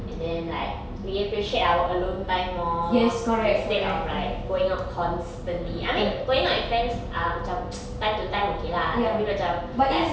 and then like we appreciate our alone time more instead of like going out constantly I mean going out with friends uh macam time to time okay lah tapi macam like